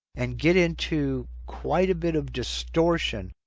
and get into quite a bit of distortion.